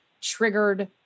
triggered